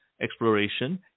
exploration